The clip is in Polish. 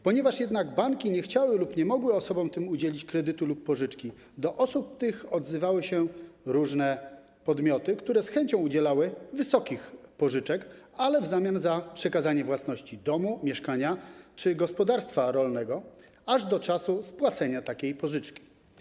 Ponieważ banki nie chciały lub nie mogły tym osobom udzielić kredytu lub pożyczki, odzywały się do nich różne podmioty, które z chęcią udzielały wysokich pożyczek, ale w zamian za przekazanie własności domu, mieszkania czy gospodarstwa rolnego aż do czasu spłacenia takiej pożyczki.